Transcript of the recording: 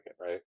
right